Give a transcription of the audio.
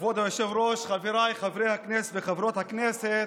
כבוד היושב-ראש, חברי וחברות הכנסת,